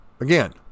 Again